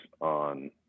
on